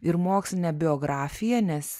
ir mokslinė biografija nes